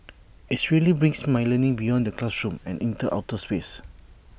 IT really brings my learning beyond the classroom and into outer space